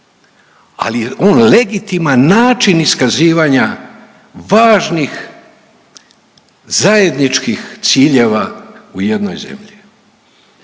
ali on je legitiman način iskazivanja važnih zajedničkih ciljeva u jednoj zemlji.